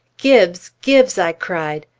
gibbes! gibbes! i cried.